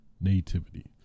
nativity